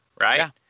right